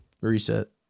reset